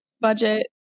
budget